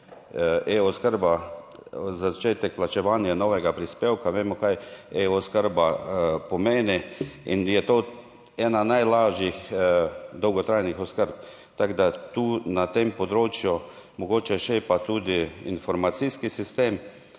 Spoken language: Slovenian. e-oskrba, začetek plačevanja novega prispevka. Vemo kaj e-oskrba pomeni in je to ena najlažjih dolgotrajnih oskrb, tako da tu na tem področju mogoče šepa tudi informacijski sistem.